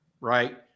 right